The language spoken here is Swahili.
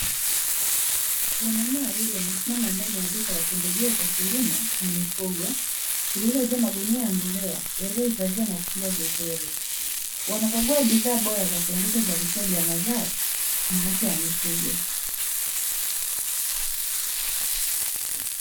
Wanaume wawili wamesimama ndani ya duka la pembejeo za kilimo na mifugo, lililojaa magunia ya mbolea yaliyohifadhiwa na kufungwa vizuri. Wanakagua bidhaa bora za kuongeza uzalishaji wa mazao na afya ya mifugo.